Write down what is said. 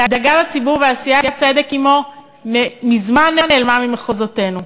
הדאגה לציבור ועשיית צדק עמו מזמן נעלמו ממחוזותינו.